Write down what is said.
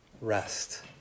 Rest